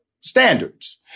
standards